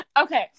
Okay